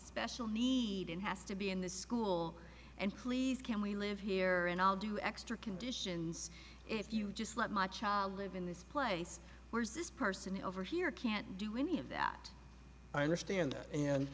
special need and has to be in this school and please can we live here and i'll do extra conditions if you just let my child live in this place where is this person over here can't do any of that i understand and